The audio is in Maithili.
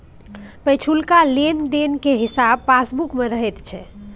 पिछुलका लेन देनक हिसाब पासबुक मे रहैत छै